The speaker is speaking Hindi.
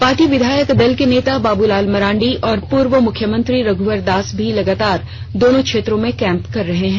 पार्टी विधायक दल के नेता बाबूलाल मरांडी और पूर्व मुख्यमंत्री रघुवर दास भी लगातार दोनों क्षेत्रों में कैम्प कर रहे हैं